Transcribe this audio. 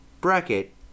bracket